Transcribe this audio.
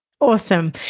awesome